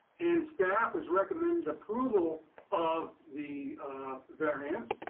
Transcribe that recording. and staff has recommended approval of the variance.